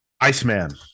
Iceman